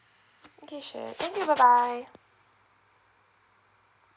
okay sure thank you bye bye